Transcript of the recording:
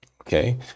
okay